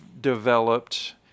developed